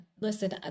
Listen